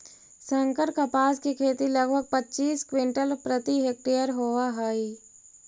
संकर कपास के खेती लगभग पच्चीस क्विंटल प्रति हेक्टेयर होवऽ हई